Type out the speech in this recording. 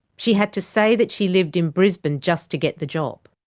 she had to say that she lived in brisbane just to get the job.